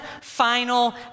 final